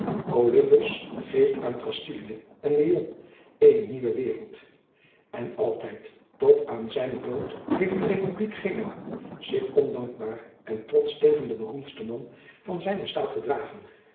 geeft aan castilie en leon eene nieuwe wereld en altijd tot aan zijnen dood heeft de republiek genua zich ondankbaar en trotsch tegen den beroemdsten man van zijnen staat gedragen